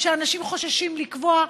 שאנשים חוששים לקבוע,